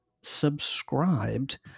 subscribed